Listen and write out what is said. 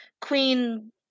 queen